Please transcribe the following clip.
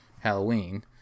Halloween